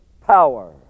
power